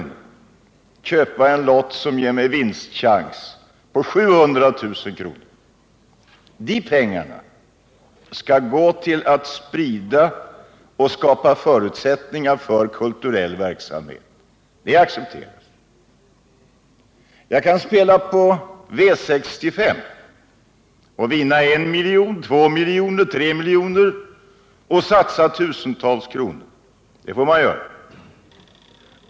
köpa en lott som ger mig chans att vinna 700 000 kr. Överskottet på den verksamheten skall gå till att sprida och skapa förutsättningar för kulturell verksamhet. Det accepteras. Jag kan spela på V-65 och vinna 1 miljon, 2 miljoner, 3 miljoner. Jag kan satsa tusentals kronor på det — det får man göra.